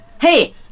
Hey